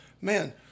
man